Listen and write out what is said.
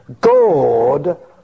God